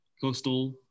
Coastal